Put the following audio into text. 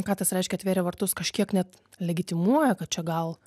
ką tas reiškia atvėrė vartus kažkiek net legitimuoja kad čia gal